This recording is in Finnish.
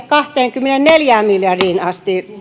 kahteenkymmeneenneljään miljardiin asti